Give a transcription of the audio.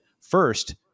First